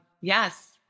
yes